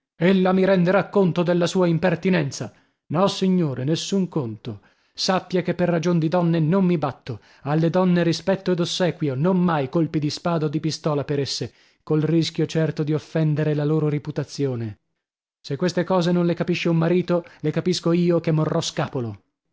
vespe ella mi renderà conto della sua impertinenza nossignore nessun conto sappia che per ragion di donne non mi batto alle donne rispetto ed ossequio non mai colpi di spada o di pistola per esse col rischio certo di offendere la loro riputazione se queste cose non le capisce un marito le capisco io che morrò scapolo